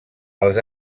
els